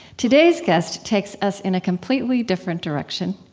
today's guest takes us in a completely different direction,